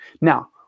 Now